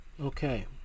Okay